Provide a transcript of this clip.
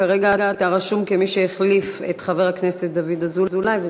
כרגע אתה רשום כמי שהחליף את חבר הכנסת דוד אזולאי,